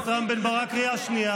בגרון מחוספס.